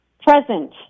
present